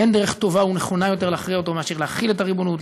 אין דרך טובה ונכונה יותר מאשר להחיל את הריבונות,